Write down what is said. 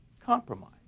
compromise